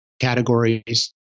categories